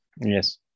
yes